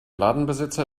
ladenbesitzer